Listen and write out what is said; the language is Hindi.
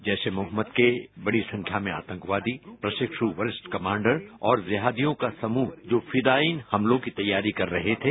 जैश ए मोहम्मद के बड़ी संख्या में आतंकवादी प्रशिक्ष् वरिष्ठ कमांडर और जिहादियों का समूह जो फिदायिन हमलों की तैयारी कर रहे थे